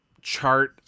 chart